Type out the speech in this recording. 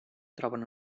troben